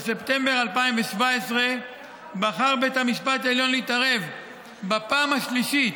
בספטמבר 2017 בחר בית המשפט העליון להתערב בפעם השלישית